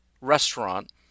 restaurant